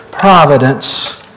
providence